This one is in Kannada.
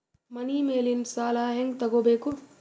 ಮನಿ ಮೇಲಿನ ಸಾಲ ಹ್ಯಾಂಗ್ ತಗೋಬೇಕು?